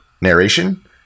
narration